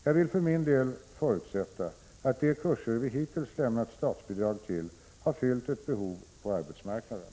Jag vill för min del förutsätta att de kurser vi hittills lämnat statsbidrag till har fyllt ett behov på arbetsmarknaden.